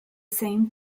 same